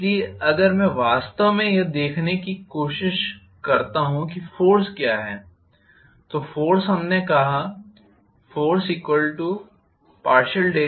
इसलिए अगर मैं वास्तव में यह देखने की कोशिश करता हूं कि फोर्स क्या है तो फोर्स हमने कहा ForceWf∂x